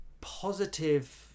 positive